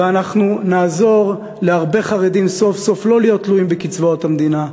אנחנו נעזור להרבה חרדים סוף-סוף לא להיות תלויים בקצבאות המדינה,